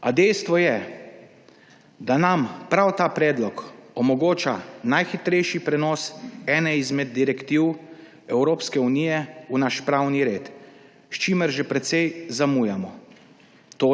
A dejstvo je, da nam prav ta predlog omogoča najhitrejši prenos ene izmed direktiv Evropske unije v naš pravni red, s čimer že precej zamujamo,